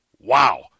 Wow